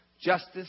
Justice